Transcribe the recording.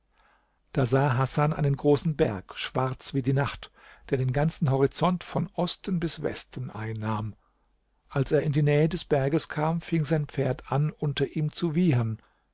da sah hasan einen großen berg schwarz wie die nacht der den ganzen horizont von osten bis westen einnahm als er in die nähe des berges kam fing sein pferd an unter ihm zu wiehern